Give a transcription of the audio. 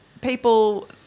people